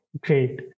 Great